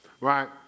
Right